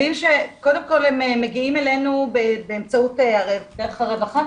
קודם כל, הם מגיעים אלינו באמצעות הרווחה,